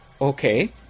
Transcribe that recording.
okay